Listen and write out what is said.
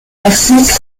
ethnic